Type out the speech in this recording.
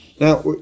Now